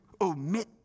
omit